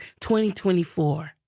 2024